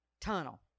Tunnel